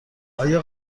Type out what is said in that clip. آیا